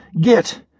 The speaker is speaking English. Get